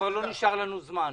לא נשאר לנו זמן.